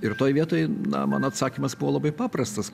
ir toj vietoj na mano atsakymas buvo labai paprastas